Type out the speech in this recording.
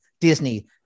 Disney